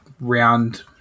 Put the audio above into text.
round –